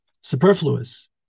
superfluous